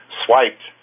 swiped